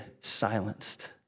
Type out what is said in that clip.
silenced